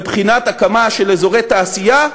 מבחינת הקמה של אזורי תעשייה,